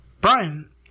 brian